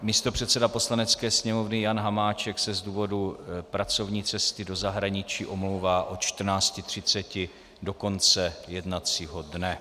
Místopředseda Poslanecké sněmovny Jan Hamáček se z důvodu pracovní cesty do zahraničí omlouvá od 14.30 do konce jednacího dne.